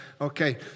Okay